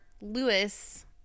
Lewis